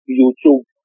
YouTube